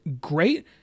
great